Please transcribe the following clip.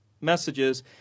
messages